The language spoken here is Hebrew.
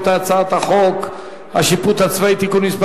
חוק השיפוט הצבאי (תיקון מס'